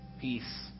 peace